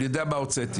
אני יודע מה הוצאתי.